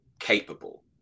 capable